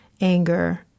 anger